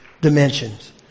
dimensions